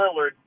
Lillard